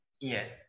yes